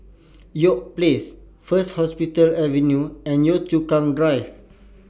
York Place First Hospital Avenue and Yio Chu Kang Drive